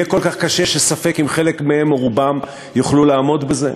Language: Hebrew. יהיה כל כך קשה שספק אם חלק מהם או רובם יוכלו לעמוד בזה?